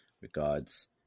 Regards